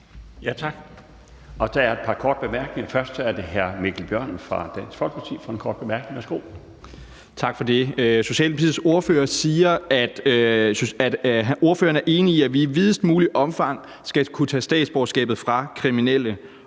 Tak. Og der er et par korte bemærkninger. Først er det hr. Mikkel Bjørn fra Dansk Folkeparti for en kort bemærkning. Værsgo. Kl. 16:06 Mikkel Bjørn (DF): Tak for det. Socialdemokratiets ordfører siger, at ordføreren er enig i, at vi i videst muligt omfang skal kunne tage statsborgerskabet fra kriminelle,